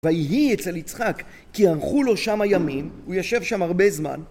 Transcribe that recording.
ויהי אצל יצחק, כי ארכו לו שם הימים, הוא ישב שם הרבה זמן.